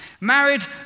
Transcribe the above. Married